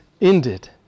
ended